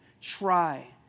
try